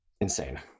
insane